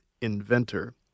Inventor